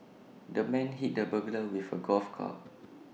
the man hit the burglar with A golf club